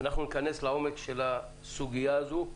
אנחנו ניכנס לעומק הסוגיה הזאת.